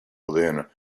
within